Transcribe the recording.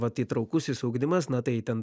vat įtraukusis ugdymas na tai ten